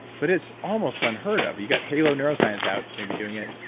but it's almost unheard of. you've got halo neuroscience out, maybe doing it.